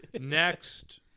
Next